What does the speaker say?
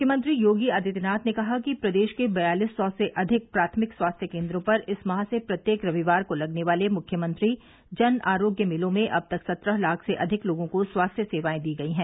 मुख्यमंत्री योगी आदित्यनाथ ने कहा कि प्रदेश के बयालिस सौ से अधिक प्राथमिक स्वास्थ्य केन्द्रों पर इस माह से प्रत्येक रविवार को लगने वाले मुख्यमंत्री जन आरोग्य मेलों में अब तक सत्रह लाख से अधिक लोगों को स्वास्थ्य सेवाएं दी गयी हैं